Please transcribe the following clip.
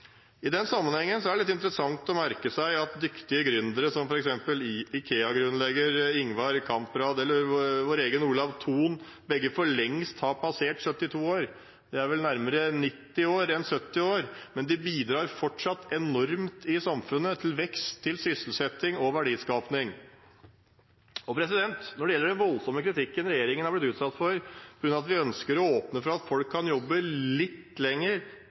I den sammenhengen er det litt interessant å merke seg at dyktige gründere som f.eks. IKEA-grunnlegger Ingvar Kamprad eller vår egen Olav Thon begge for lengst har passert 72 år – de er vel nærmere 90 år enn 70 år – men de bidrar fortsatt enormt i samfunnet til vekst, sysselsetting og verdiskaping. Den voldsomme kritikken regjeringen har blitt utsatt for på grunn av at vi ønsker å åpne for at folk kan jobbe litt lenger